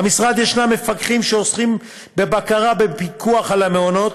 במשרד יש מפקחים שעוסקים בבקרה ובפיקוח על המעונות,